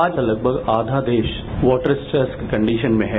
आज लगभग आधा देश वॉटर स्ट्रेस की कंडीशन में है